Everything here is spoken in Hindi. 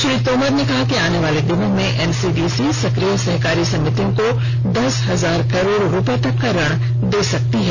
श्री तोमर ने कहा कि आने वाले दिनों में एनसीडीसी सक्रिय सहकारी समितियों को दस हजार करोड़ रूपये तक का ऋण दे सकती है